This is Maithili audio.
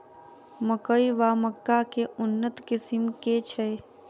मकई वा मक्का केँ उन्नत किसिम केँ छैय?